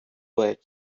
باید